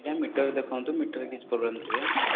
ଆଜ୍ଞା ମିଟର ଦେଖନ୍ତୁ ମିଟରରେ କିଛି ପ୍ରୋବ୍ଲେମ୍ ଥିବେ